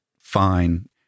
fine